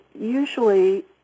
usually